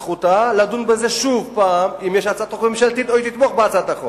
זכותה לדון בזה שוב אם יש הצעת חוק ממשלתית או אם היא תתמוך בהצעת החוק.